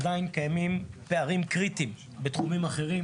עדיין קיימים פערים קריטיים בתחומים אחרים,